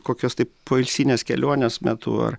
kokios tai poilsinės kelionės metu ar